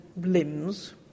limbs